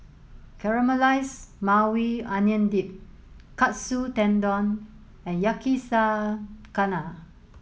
Caramelized Maui Onion Dip Katsu Tendon and Yakizakana